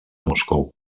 moscou